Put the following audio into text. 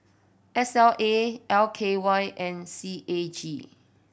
S L A L K Y and C A G